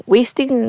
Wasting